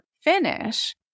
finish